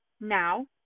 now